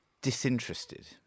disinterested